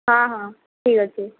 ହଁ ହଁ ଠିକ୍ ଅଛି